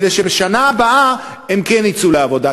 כדי שבשנה הבאה הן כן יצאו לעבודה,